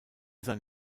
sein